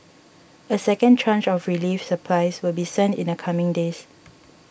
a second tranche of relief supplies will be sent in the coming days